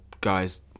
guys